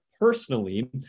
personally